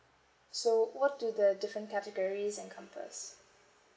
so what do the different categories encompass